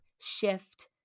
shift